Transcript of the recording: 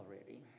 already